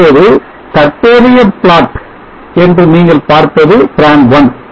இப்போது தற்போதைய plot plot என்று நீங்கள் பார்ப்பது Tran one